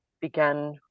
began